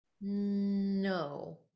no